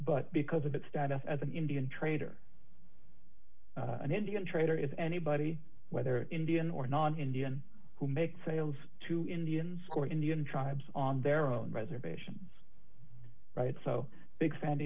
but because of its status as an indian trader an indian trader is anybody whether indian or non indian who makes sales to indians or indian tribes on their own reservations right so big